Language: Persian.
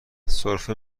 سرفه